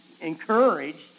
encouraged